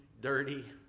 dirty